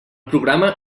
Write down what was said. programa